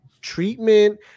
treatment